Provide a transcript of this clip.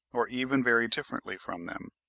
or even very differently from them.